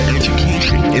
education